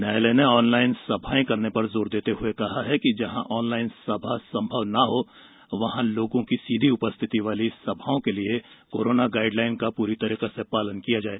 न्यायालय ने ऑनलाईन सभाओं करने पर जोर देते हए कहा है कि जहां ऑनलाईन सभा संभव न हो वहां लोगों की सीधी उपस्थिति वाली सभाओं के लिए कोरोना गाईडलाइन का पूरी तरह पालन किया जाये